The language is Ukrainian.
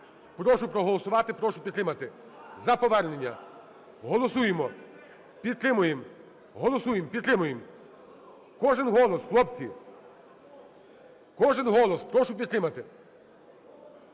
Прошу проголосувати, прошу підтримати. За повернення голосуємо. Підтримуємо. Голосуємо. Підтримуємо. Кожен голос, хлопці. Кожен голос, прошу підтримати.